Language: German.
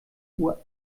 uhr